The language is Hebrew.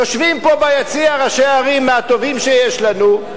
יושבים פה ביציע ראשי ערים מהטובים שיש לנו,